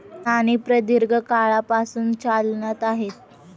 नाणी प्रदीर्घ काळापासून चलनात आहेत